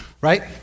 Right